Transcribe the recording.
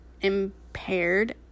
impaired